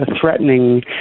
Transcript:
threatening